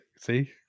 see